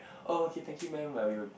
oh okay thank you mam we'll